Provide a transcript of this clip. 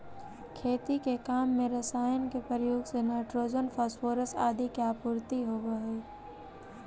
खेती के काम में रसायन के प्रयोग से नाइट्रोजन, फॉस्फोरस आदि के आपूर्ति होवऽ हई